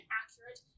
accurate